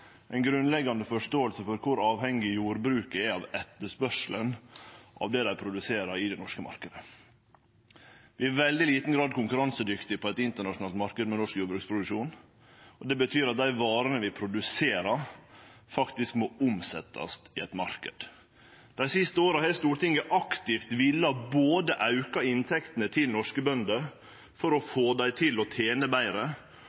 grunnleggjande forståing for kor avhengig jordbruket er av etterspørselen etter det dei produserer, i den norske marknaden. Vi er i veldig liten grad konkurransedyktige på ein internasjonal marknad med norsk jordbruksproduksjon, og det betyr at dei varene vi produserer, faktisk må omsetjast i ein marknad. Dei siste åra har Stortinget aktivt villa både auke inntektene til norske bønder for å få dei til å tene betre